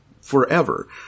forever